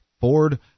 Ford